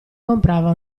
comprava